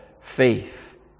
faith